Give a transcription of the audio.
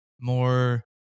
more